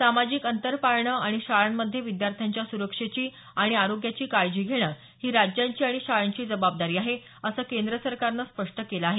सामाजिक अंतर पाळणं आणि शाळांमध्ये विद्यार्थ्यांच्या सुरक्षेची आणि आरोग्याची काळजी घेणं ही राज्यांची आणि शाळांची जबाबदारी आहे असं केंद्र सरकारने स्पष्ट केलं आहे